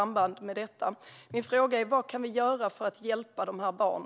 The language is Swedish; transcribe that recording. Min fråga är: Vad kan vi göra för att hjälpa dessa barn?